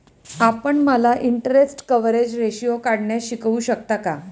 आपण मला interest coverage ratio काढण्यास शिकवू शकता का?